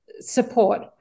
support